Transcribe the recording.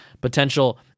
potential